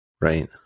Right